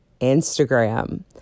Instagram